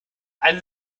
eine